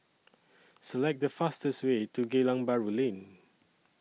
Select The fastest Way to Geylang Bahru Lane